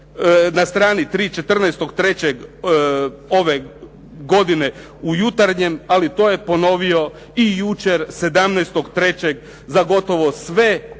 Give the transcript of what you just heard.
na strani 3. 14. 3. ove godine u "Jutarnjem", ali to je ponovio i jučer 17. 3. za gotovo sve